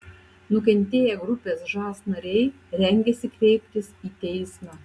nukentėję grupės žas nariai rengiasi kreiptis į teismą